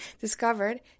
discovered